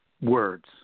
words